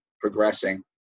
progressing